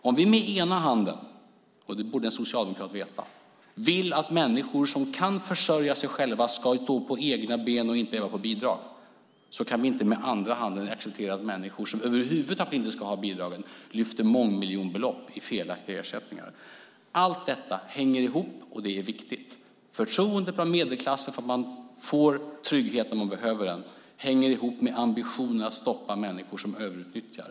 Om vi å ena sidan vill att människor som kan försörja sig själva ska stå på egna ben och inte leva på bidrag kan vi inte å andra sidan acceptera att människor som över huvud taget inte ska ha bidrag lyfter mångmiljonbelopp i felaktiga ersättningar. Det borde en socialdemokrat veta. Allt detta hänger ihop, och det är viktigt. Förtroendet från medelklassen för att man får trygghet när man behöver den hänger ihop med ambitionen att stoppa människor som överutnyttjar.